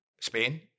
Spain